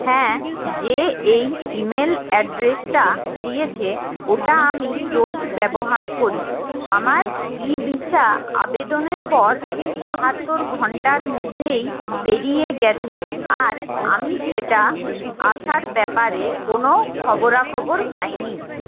হ্যাঁ যে এই ইমেল অ্যাড্রেসটা দিয়েছে ওটা আমি রোজ ব্যবহার করি আমার ই ভিসা আবেদনের পর বাহাত্তর ঘণ্টার মধ্যেই পেরিয়ে গেছে আর আমি সেটা আসার ব্যাপারে কোনও খবরাখবর পাইনি